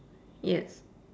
yes